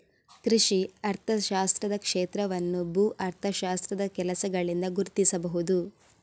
ಕೃಷಿ ಅರ್ಥಶಾಸ್ತ್ರದ ಕ್ಷೇತ್ರವನ್ನು ಭೂ ಅರ್ಥಶಾಸ್ತ್ರದ ಕೆಲಸಗಳಿಂದ ಗುರುತಿಸಬಹುದು